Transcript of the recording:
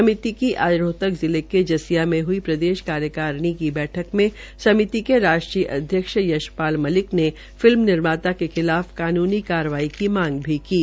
समिति की आज रोहतक जिले के जसिया में हई प्रदेश कार्यकारिणी की बैठक में समिति के राष्ट्रीय अध्यक्ष यशपाल मलिक ने फिल्म निर्माता के खिलाफ कानूनी कार्रवाई की मांग भी की है